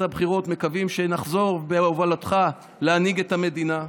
הבחירות נחזור בהובלתך להנהיג את המדינה.